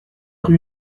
rue